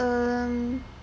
um